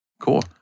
cool